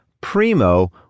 primo